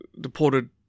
deported